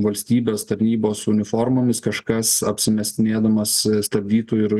valstybės tarnybos uniformomis kažkas apsimestinėdamas stabdytų ir